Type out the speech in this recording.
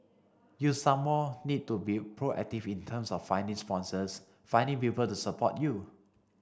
you some more need to be proactive in terms of finding sponsors finding people to support you